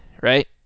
right